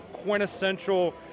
quintessential